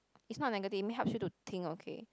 it's not negative I mean it helps you to think okay